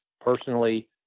personally